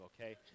okay